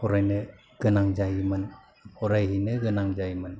फरायनो गोनां जायोमोन फरायहैनो गोनां जायोमोन